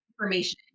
information